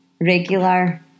regular